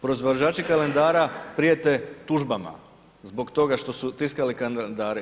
Proizvođači kalendara prijete tužbama zbog toga što su tiskali kalendare.